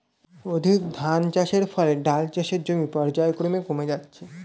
অধিক ধানচাষের ফলে ডাল চাষের জমি পর্যায়ক্রমে কমে যাচ্ছে